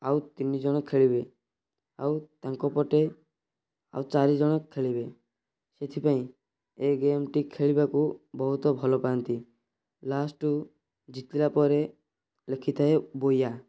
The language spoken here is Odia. ଆଉ ତିନି ଜଣ ଖେଳିବେ ଆଉ ତାଙ୍କ ପଟେ ଆଉ ଚାରି ଜଣ ଖେଳିବେ ସେଥିପାଇଁ ଏଇ ଗେମ୍ ଟି ଖେଳିବାକୁ ବହୁତ ଭଲ ପାଆନ୍ତି ଲାଷ୍ଟକୁ ଜିତିଲା ପରେ ଲେଖିଥାଏ ବୁୟା